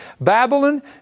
Babylon